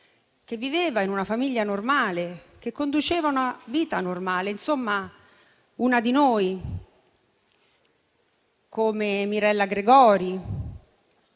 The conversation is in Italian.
che viveva in una famiglia normale e che conduceva una vita normale. Insomma, una di noi, come Mirella Gregori,